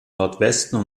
nordwesten